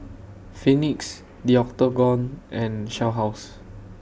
Phoenix The Octagon and Shell House